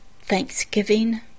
thanksgiving